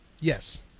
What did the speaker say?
Yes